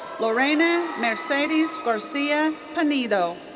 lorena mercedes garcia-pinedo.